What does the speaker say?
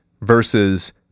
versus